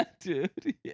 dude